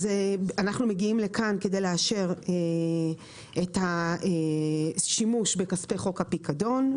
אנחנו מגיעים לכאן כדי לאשר את השימוש בכספי חוק הפיקדון,